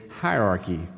hierarchy